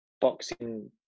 boxing